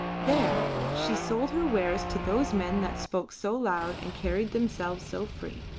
there she sold her wares to those men that spoke so loud and carried themselves so free.